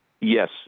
Yes